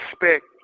respect